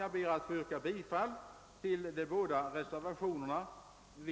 Jag ber att få yrka bi